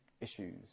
issues